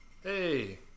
hey